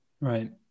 Right